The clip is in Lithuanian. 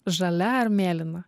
žalia ar mėlyna